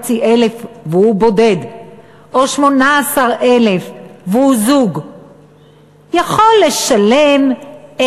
והוא בודד או 18,000 והוא זוג יכול לשלם,